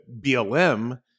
BLM